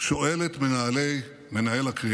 שואל את מנהל הקריאייטיב: